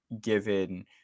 given